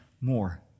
more